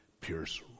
Pierce